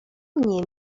mnie